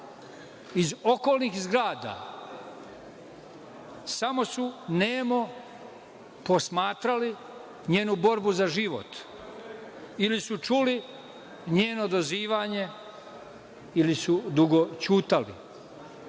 Iz okolnih zgrada samo su nemo posmatrali njenu borbu za život ili su čuli njeno dozivanje ili su dugo ćutali.